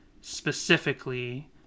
specifically